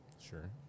Sure